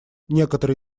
некоторые